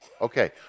Okay